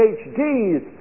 PhDs